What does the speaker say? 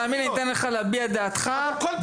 תאמין לי, אתן לך להביע את דעתך במלואה.